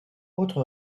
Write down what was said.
autre